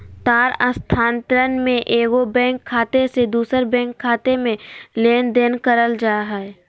तार स्थानांतरण में एगो बैंक खाते से दूसर बैंक खाते में लेनदेन करल जा हइ